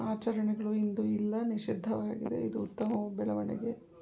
ಆಚರಣೆಗಳು ಇಂದು ಎಲ್ಲ ನಿಷಿದ್ಧವಾಗಿದೆ ಇದು ಉತ್ತಮ ಬೆಳವಣಿಗೆ